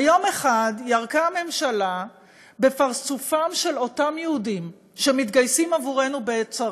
ביום אחד ירקה הממשלה בפרצופם של אותם יהודים שמתגייסים עבורנו בעת צרה,